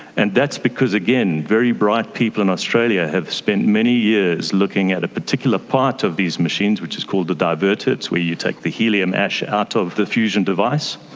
and that's because, again, very bright people in australia have spent many years looking at a particular part of these machines, which is called a diverter, it's where you take the helium ash out of the fusion device,